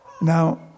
Now